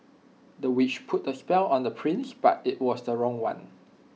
the witch put A spell on the prince but IT was the wrong one